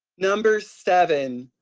number seven,